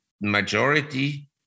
majority